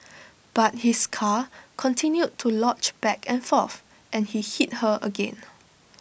but his car continued to lunge back and forth and he hit her again